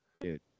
Dude